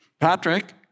Patrick